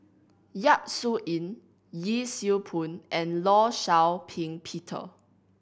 Yap Su Yin Yee Siew Pun and Law Shau Ping Peter